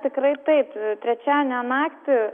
tikrai taip trečiadienio naktį